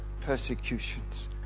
persecutions